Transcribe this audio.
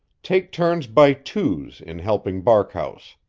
take turns by twos in helping barkhouse.